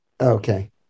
Okay